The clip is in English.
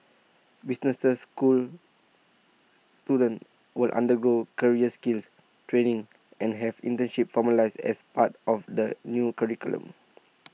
businesses school students will undergo career skins training and have internships formalised as part of the new curriculum